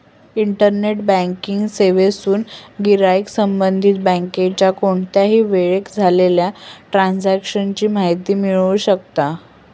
internet banking सेवेतसून गिराईक संबंधित बँकेच्या कोणत्याही वेळेक झालेल्या ट्रांजेक्शन ची माहिती मिळवू शकता